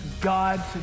God